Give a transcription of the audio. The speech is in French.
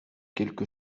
quelque